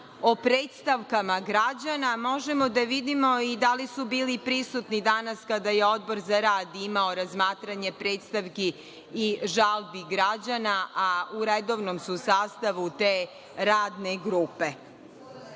o predstavkama građana možemo da vidimo i da li su bili prisutni danas kada je Odbor za rad imao razmatranje predstavki i žalbi građana, a u redovnom su sastavu te radne grupe. Što